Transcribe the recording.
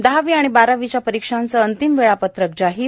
दहावी आणि बारावीच्या परीक्षांचं अंतिम वेळापत्रक जाहीर